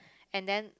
and then